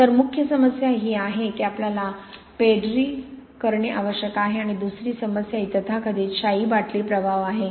तर मुख्य समस्या ही आहे की आपल्याला प्रीड्री करणे आवश्यक आहे आणि दुसरी समस्या ही तथाकथित शाई बाटली प्रभाव आहे